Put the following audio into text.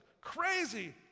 crazy